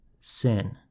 sin